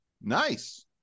nice